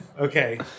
Okay